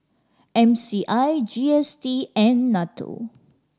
M C I G S T and NATO